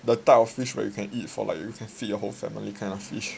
the type of fish where you can eat for like you can feed your whole family kind of fish